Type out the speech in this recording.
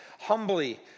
humbly